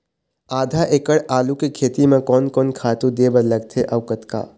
आधा एकड़ आलू के खेती म कोन कोन खातू दे बर लगथे अऊ कतका?